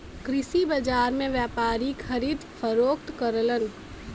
कृषि बाजार में व्यापारी खरीद फरोख्त करलन